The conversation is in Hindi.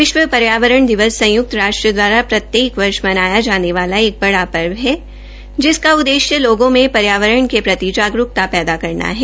विश्व पर्यावरण दिवस संयुक्त राष्ट्र द्वारा प्रत्येक वर्ष मनाया जाने वाला एक बड़ा पर्व है जिसका उद्देश्य लोगों में पर्यावरण के प्रति जागरूकता पैदा करना है